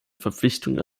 verpflichtungen